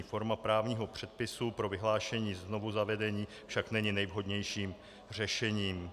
Forma právního předpisu pro vyhlášení znovuzavedení však není nejvhodnějším řešením.